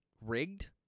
rigged